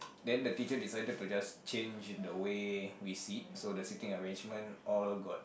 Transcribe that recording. then the teacher decided to just change the way we sit so the seating arrangement all was